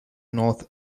north